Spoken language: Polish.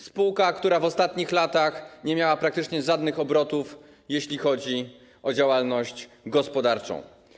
Spółce, która w ostatnich latach nie miała praktycznie żadnych obrotów, jeśli chodzi o działalność gospodarczą.